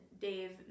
Dave